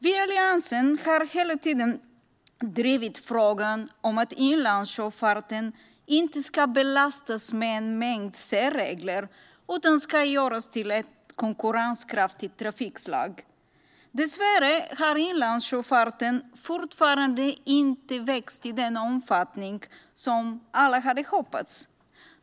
Vi i Alliansen har hela tiden drivit frågan om att inlandssjöfarten inte ska belastas med en mängd särregler utan ska göras till ett konkurrenskraftigt trafikslag. Dessvärre har inlandssjöfarten fortfarande inte vuxit i den omfattning som alla hade hoppats.